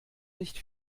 nicht